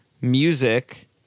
music